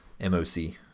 MOC